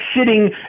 sitting